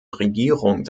regierung